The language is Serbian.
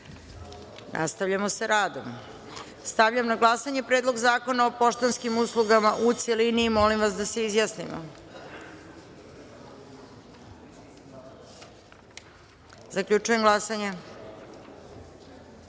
zakona. Nastavljamo sa radom. Stavljam na glasanje Predlog zakona o poštanskim uslugama, u celini. Molim vas da se izjasnimo. Zaključujem glasanje: